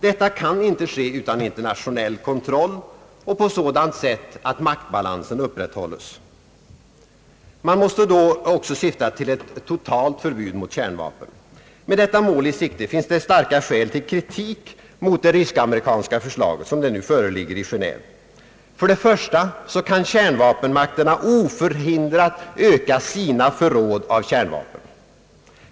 Detta kan inte ske utan internationell kontroll och på sådant sätt att maktbalansen upprätthålles, Man måste då också syfta till ett totalt förbud mot kärnvapenprov. Med detta mål i sikte finns det starka skäl för kritik mot det rysk-ameri kanska förslaget sådant det nu föreligger i Genéve. För det första kan kärnvapenmakterna obehindrat öka sina förråd av kärnvapen.